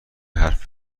حرف